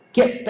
get